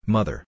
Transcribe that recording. Mother